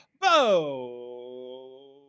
Bo